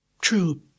True